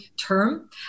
term